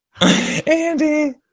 Andy